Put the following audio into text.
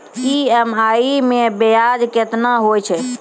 EMI मैं ब्याज केतना हो जयतै?